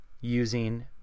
using